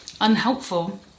unhelpful